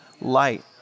light